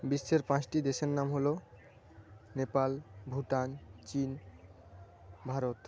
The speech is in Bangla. বিশ্বের পাঁচটি দেশের নাম হল নেপাল ভুটান চীন ভারত